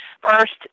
First